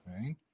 Right